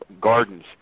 gardens